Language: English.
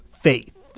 faith